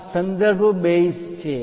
આ સંદર્ભ બેઝ સંદર્ભ આધાર છે